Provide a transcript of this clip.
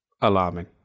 alarming